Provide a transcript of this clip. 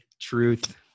Truth